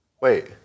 Wait